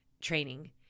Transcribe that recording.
training